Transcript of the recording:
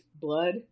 blood